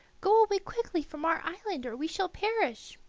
go away quickly from our island, or we shall perish,